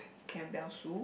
Campbells soup